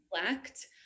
reflect